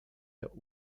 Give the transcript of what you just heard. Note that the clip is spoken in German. der